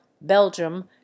Belgium